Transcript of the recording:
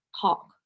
talk